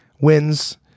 wins